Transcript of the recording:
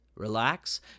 Relax